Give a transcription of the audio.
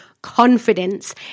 Confidence